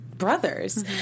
brothers